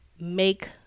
make